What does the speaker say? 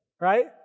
right